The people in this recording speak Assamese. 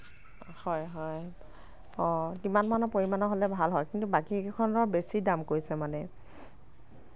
হয় হয় অ কিমানমানৰ পৰিমাণৰ হ'লে ভাল হয় কিন্তু বাকী কেইখনত বেছি দাম কৈছে মানে